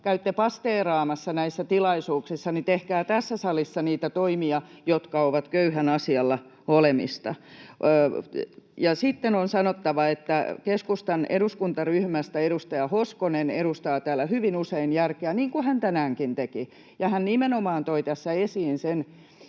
käytte pasteeraamassa näissä tilaisuuksissa, niin tehkää tässä salissa niitä toimia, jotka ovat köyhän asialla olemista. Ja sitten on sanottava, että keskustan eduskuntaryhmästä edustaja Hoskonen edustaa täällä hyvin usein järkeä, niin kuin hän tänäänkin teki. Hän nimenomaan toi tässä esiin sen,